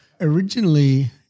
Originally